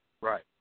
Right